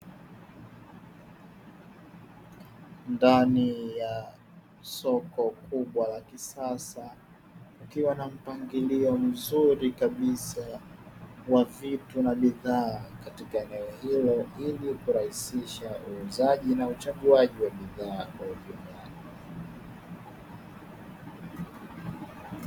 Ndani ya soko kubwa la kisasa likiwa na mpangilio mzuri kabisa wa vitu na bidhaa, katika eneo hilo ili kurahisisha uuzaji na uchaguaji wa bidhaa.